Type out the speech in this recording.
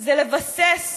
זה לבסס